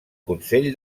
consell